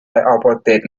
apartheid